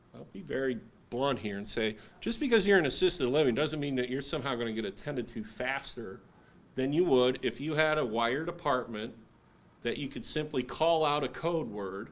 be very blunt here and say just because you're in assisted living doesn't mean that you're somehow going to get attended to faster than you would if you had a wired apartment that you could simply call out a code word